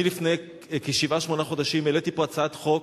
לפני כשבעה-שמונה חודשים העליתי פה הצעת חוק,